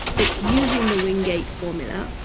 it's using the wingate formula.